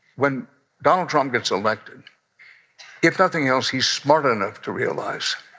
when donald trump gets elected if nothing else, he's smart enough to realize.